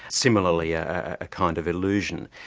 similarly a kind of illusion.